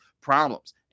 problems